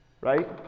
Right